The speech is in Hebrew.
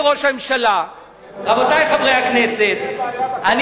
חבר הכנסת גפני,